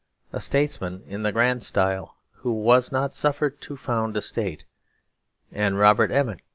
a statesman in the grand style who was not suffered to found a state and robert emmet,